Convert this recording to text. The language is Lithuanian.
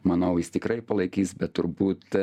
manau jis tikrai palaikys bet turbūt